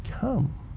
come